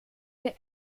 der